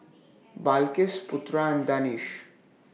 Balqis Putra and Danish